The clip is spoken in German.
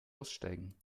aussteigen